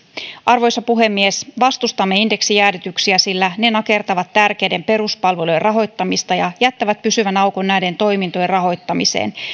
arvoisa puhemies vastustamme indeksijäädytyksiä sillä ne nakertavat tärkeiden peruspalveluiden rahoittamista ja jättävät pysyvän aukon näiden toimintojen rahoittamiseen